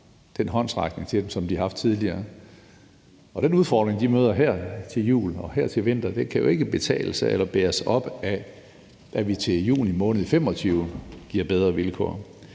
den håndsrækning, som vi har gjort tidligere. Den udfordring, de møder her til jul og til vinter, kan jo ikke betales eller bæres op af, at vi i juni måned 2025 giver bedre vilkår.